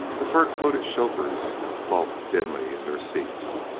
the fur-coated chauffeurs bulked dimly in their seats.